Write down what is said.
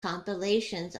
compilations